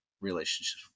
relationship